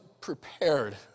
prepared